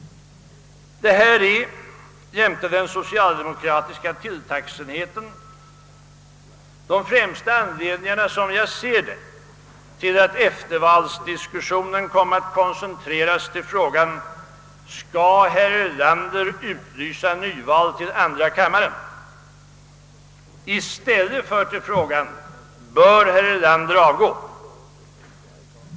Detta är jämte den socialdemokratiska tilltagsenheten de främsta anledningarna, såsom jag bedömer det, till att eftervalsdiskussionen kom att koncentreras till frågan: Skall herr Erlander utlysa nyval till andra kammaren? och inte till frågan: Bör herr Erlander avgå?